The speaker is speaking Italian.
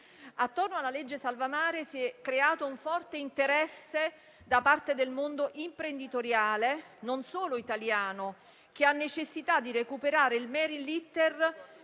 Attorno alla legge salva mare si è creato un forte interesse da parte del mondo imprenditoriale, non solo italiano, che ha necessità di recuperare il *marine litter*